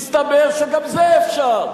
הסתבר שגם זה אפשר.